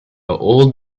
old